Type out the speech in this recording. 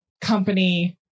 company